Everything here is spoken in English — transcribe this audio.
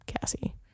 Cassie